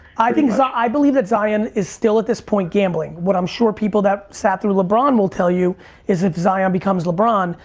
i think, i believe that zion is still, at this point, gambling. what i'm sure people that sat through lebron will tell you is if zion becomes lebron,